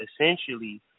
Essentially